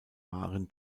wahren